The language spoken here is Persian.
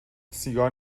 سیگار